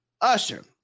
Usher